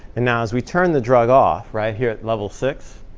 and now as we turn the drug off right here at level six,